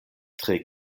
tre